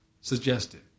suggested